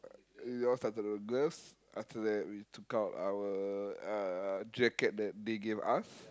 we all started the gloves after that we took out our uh jacket that they gave us